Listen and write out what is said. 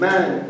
Man